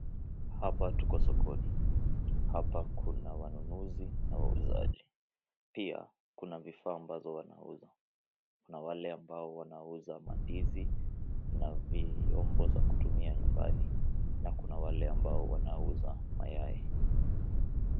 Hapa tuko sokoni hapa kuna wanunuzi na wauzaji pia kuna vifaa ambazo wanauza, kuna wale ambao wanauza mandivi na vyombo za kutumia nyumbani, na kuna wale ambao wanao uza mayai.